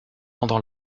pendant